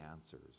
answers